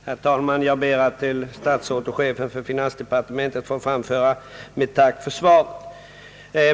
Herr talman! Jag ber att till statsrådet och chefen för finansdepartementet få framföra mitt tack för svaret.